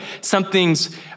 something's